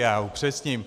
Já upřesním.